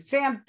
Sam